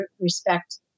respect